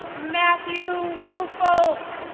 matthew woolfolk.